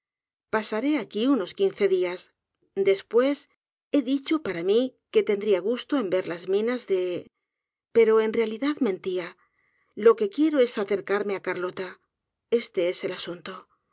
pasaré aquí unos quince dias después he dicho para mi que tendría gusto en ver las minas de pero en realidad mentia lo que quiero es acercarme á carlota este es el asunto